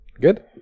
Good